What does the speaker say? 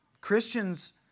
Christians